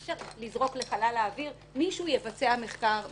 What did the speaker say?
אפשר לזרוק לחלל האוויר שמישהו יבצע מחקר מלווה.